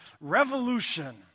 revolution